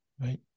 right